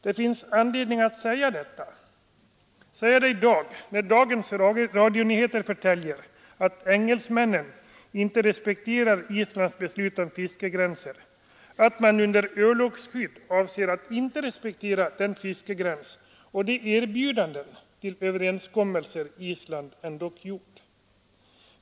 Det finns skäl att säga detta just i dag, när radionyheterna förtäljer att engelsmännen inte respekterar Islands beslut om fiskegränser — att man under örlogsskydd avser att inte respektera Islands fiskegräns och de erbjudanden om överenskommelser Island ändock gjort.